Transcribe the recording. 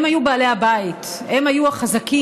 הם היו בעלי הבית, הם היו החזקים.